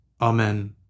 Amen